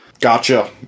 Gotcha